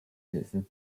hilfe